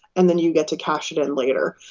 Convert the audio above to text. and then you get to cash it in later.